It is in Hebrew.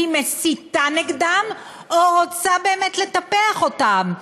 היא מסיתה נגדם, או רוצה באמת לטפח אותם?